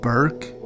Burke